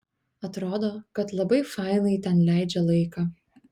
atrodo kad labai fainai ten leidžia laiką